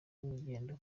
urugendo